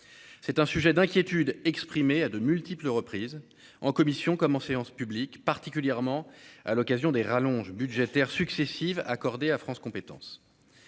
c'est un sujet d'inquiétude exprimée à de multiples reprises en commission comme en séance publique, particulièrement à l'occasion des rallonges budgétaires successives accordée à France compétences